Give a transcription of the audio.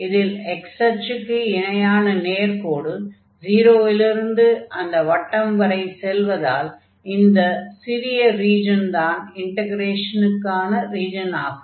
இதில் x அச்சுக்கு இணையான நேர்க்கோடு 0 லிருந்து அந்த வட்டம் வரை செல்வதால் இந்த சிறிய ரீஜன் தான் இன்டக்ரேஷனுக்கான ரீஜனாகும்